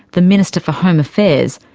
the minister for home affairs,